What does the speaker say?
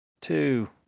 two